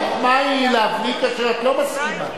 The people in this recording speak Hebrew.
החוכמה היא להבליג כאשר את לא מסכימה.